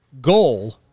goal